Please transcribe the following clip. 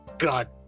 God